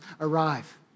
arrive